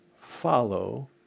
follow